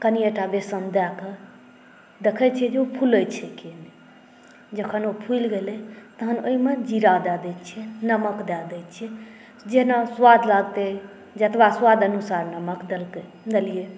कनिए टा बेसन दए कऽ देखै छियै जे ओ फूले छै की जखन ओ फूलि गेलै तहन ओहिमे जीरा दए दै छियै नमक दए दै छियै जेना स्वाद लागते जतबा स्वाद अनुसार नमक देलियै